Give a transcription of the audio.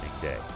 day